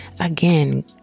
Again